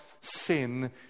sin